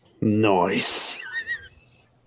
Nice